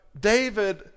David